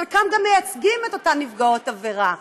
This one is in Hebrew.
חלקם גם מייצגים את אותן נפגעות עבירה,